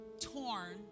torn